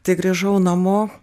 tai grįžau namo